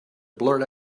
blurt